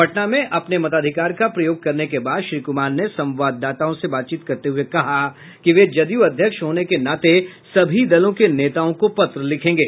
पटना में अपने मताधिकार का प्रयोग करने के बाद श्री कुमार ने संवाददाताओं से बातचीत करते हुए कहा कि वे जदयू अध्यक्ष होने के नाते सभी दलों के नेताओं को पत्र लिखेंगे